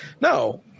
no